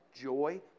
joy